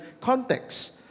context